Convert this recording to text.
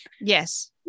yes